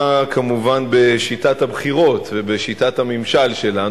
כמובן בשיטת הבחירות ובשיטת הממשל שלנו,